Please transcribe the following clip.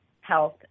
health